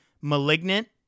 Malignant